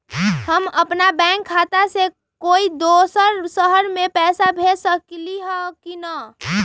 हम अपन बैंक खाता से कोई दोसर शहर में पैसा भेज सकली ह की न?